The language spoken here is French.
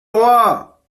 roi